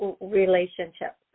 relationship